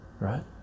right